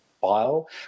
file